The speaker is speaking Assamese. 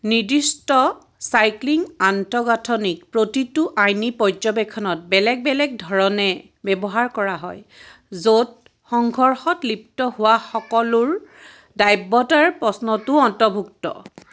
নিৰ্দিষ্ট চাইক্লিং আন্তঃগাঁথনিক প্ৰতিটো আইনী পৰ্যবেক্ষণত বেলেগ বেলেগ ধৰণে ব্যৱহাৰ কৰা হয় য'ত সংঘৰ্ষত লিপ্ত হোৱা সকলোৰ দায়বতাৰ প্ৰশ্নটোও অন্তৰ্ভুক্ত